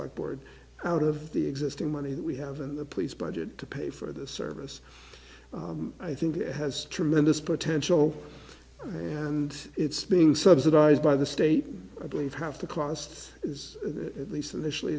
like board out of the existing money that we have in the police budget to pay for this service i think has tremendous potential and it's being subsidized by the state and i believe half the costs at least initially